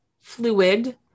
fluid